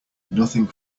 nothing